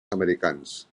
americans